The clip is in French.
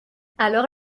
alors